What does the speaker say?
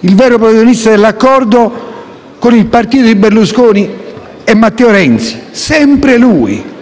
Il vero protagonista dell'accordo con il partito di Berlusconi è Matteo Renzi, sempre lui.